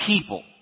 people